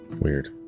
Weird